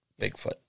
bigfoot